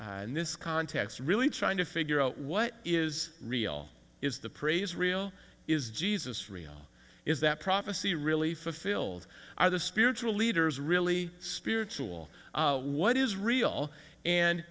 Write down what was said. in this context really trying to figure out what is real is the praise real is jesus real is that prophecy really fulfilled are the spiritual leaders really spiritual what is real and